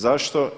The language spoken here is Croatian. Zašto?